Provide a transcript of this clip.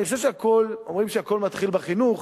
אני חושב שהכול, אומרים שהכול מתחיל בחינוך,